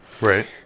Right